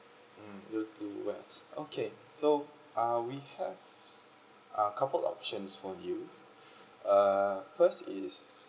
mm will two way okay so uh we have uh couple options for you uh first is